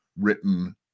written